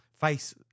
face